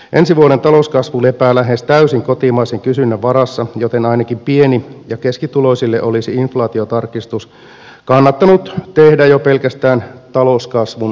ensi vuoden talouskasvu lepää lähes täysin kotimaisen kysynnän varassa joten ainakin pieni ja keskituloisille olisi inflaatiotarkistus kannattanut tehdä jo pelkästään talouskasvun tukemiseksi